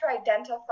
identify